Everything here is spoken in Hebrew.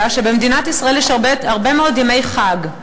שבמדינת ישראל יש הרבה מאוד ימי חג,